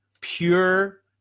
pure